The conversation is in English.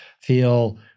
feel